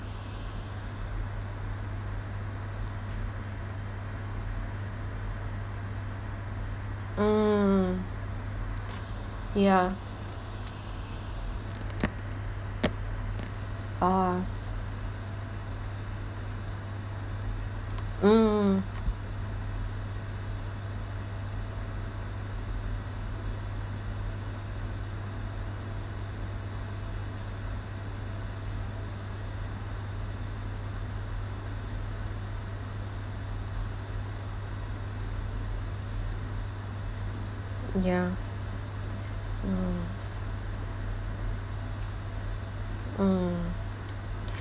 mm ya uh mm ya so mm